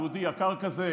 "יהודי יקר כזה,